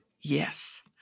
yes